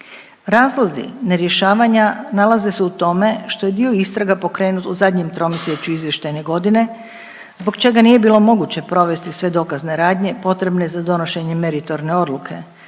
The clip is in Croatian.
Razlozi nerješavanja nalaze se u tome što je dio istraga pokrenut u zadnjem tromjesečju izvještajne godine zbog čega nije bilo moguće provesti sve dokazne radnje potrebne za donošenje meritorne odluke